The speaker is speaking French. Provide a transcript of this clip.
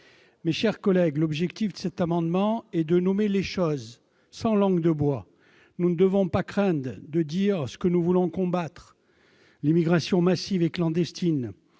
Mes chers collègues, l'objet de cet amendement est de nommer les choses, sans langue de bois. Nous ne devons pas craindre de dire ce que nous voulons combattre- l'immigration massive et clandestine